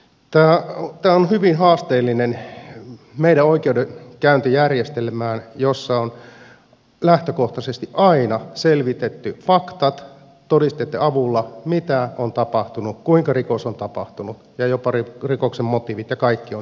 tämä on hyvin haasteellista meidän oikeudenkäyntijärjestelmässämme jossa on lähtökohtaisesti aina selvitetty faktat todisteitten avulla mitä on tapahtunut kuinka rikos on tapahtunut ja jopa rikoksen motiivit ja kaikki on selvitetty